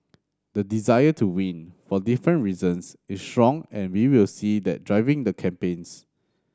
the desire to win for different reasons is strong and we will see that driving the campaigns